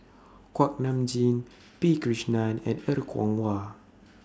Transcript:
Kuak Nam Jin P Krishnan and Er Kwong Wah